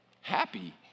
happy